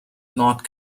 north